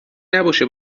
نباشه